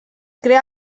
crea